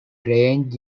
range